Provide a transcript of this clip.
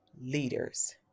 leaders